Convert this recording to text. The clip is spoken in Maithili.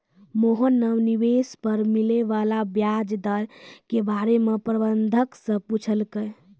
मोहन न निवेश पर मिले वाला व्याज दर के बारे म प्रबंधक स पूछलकै